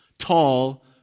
tall